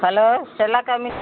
hello செல்லாக்கா miss